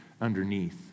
underneath